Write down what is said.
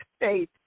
faith